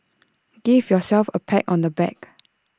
give yourselves A pat on the back